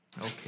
okay